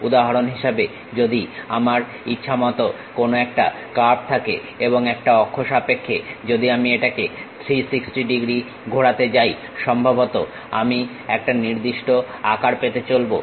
উদাহরণ হিসেবে যদি আমার ইচ্ছা মত কোনো একটা কার্ভ থাকে এবং একটা অক্ষ সাপেক্ষে যদি আমি এটাকে 360 ডিগ্রী ঘোরাতে যাই সম্ভবত আমি একটা নির্দিষ্ট আকার পেতে চলবো